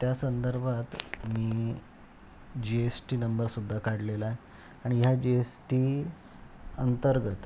त्या संदर्भात मी जी एस टी नंबरसुद्धा काढलेला आहे आणि ह्या जी एस टीअंतर्गत